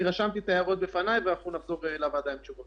רשמתי את ההערות לפניי ואנחנו נחזור לוועדה עם תשובות.